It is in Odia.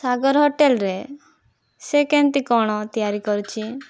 ସାଗର ହୋଟେଲରେ ସେ କେମିତି କ'ଣ ତିଆରି କରୁଛି